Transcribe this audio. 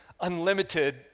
unlimited